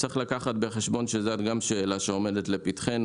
צריך לקחת בחשבון שגם זאת שאלה שעומדת לפתחנו.